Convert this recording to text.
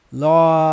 law